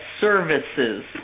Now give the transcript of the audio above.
services